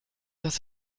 dass